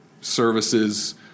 services